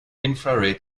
infrared